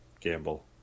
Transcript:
gamble